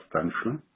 substantial